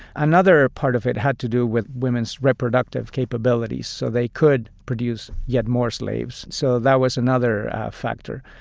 another part of it had to do with women's reproductive capabilities, so they could produce yet more slaves. so that was another factor.